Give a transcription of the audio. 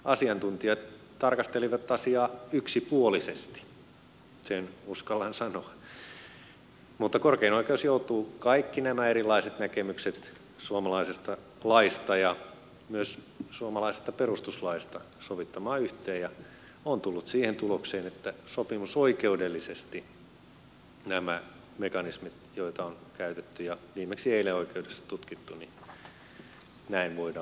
asiantuntijat tarkastelivat asiaa yksipuolisesti sen uskallan sanoa mutta korkein oikeus joutuu kaikki nämä erilaiset näkemykset suomalaisesta laista ja myös suomalaisesta perustuslaista sovittamaan yhteen ja on tullut siihen tulokseen että sopimusoikeudellisesti näillä mekanismeilla joita on käytetty ja viimeksi eilen oikeudessa tutkittu näin voidaan toimia